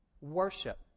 Worship